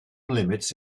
limits